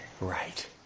Right